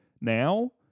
now